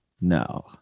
No